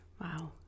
wow